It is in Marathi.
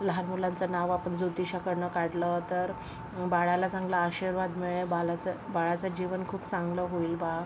लहान मुलांचं नाव आपण जोतिषाकडनं काढलं तर बाळाला चांगला आशीर्वाद मिळेल बाळाचं बाळाचं जीवन खूप चांगलं होईल बा